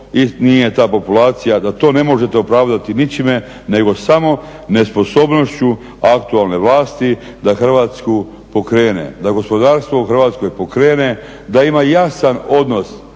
da to ne možete opravdati ničime nego samo nesposobnošću aktualne vlasti da Hrvatsku pokrene, da gospodarstvo u Hrvatskoj pokrene, da ima jasan odnos